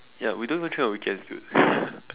ya we don't even train on weekends dude